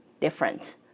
different